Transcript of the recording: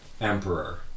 emperor